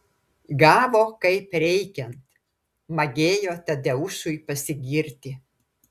gavo kaip reikiant magėjo tadeušui pasigirti